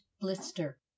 Blister